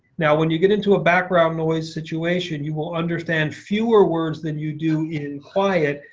now, when you get into a background noise situation you will understand fewer words than you do in quiet,